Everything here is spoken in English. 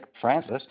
Francis